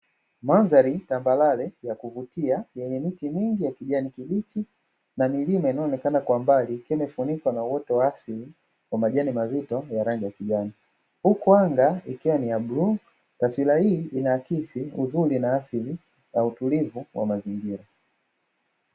Mandhari tambarare ya kuvutia; yenye miti mingi ya kijani kibichi na milima inayoonekana kwa mbali ikiwa imefunikwa na uoto wa asili wa majani mazito ya rangi ya kijani, huku anga ikiwa ni ya bluu, taswira hii inaakisi uzuri na asili na utulivu wa mazingira.